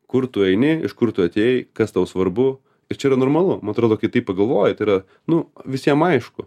kur tu eini iš kur tu atėjai kas tau svarbu ir čia yra normalu man atrodo kai taip pagalvoji tai yra nu visiem aišku